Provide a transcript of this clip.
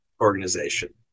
organization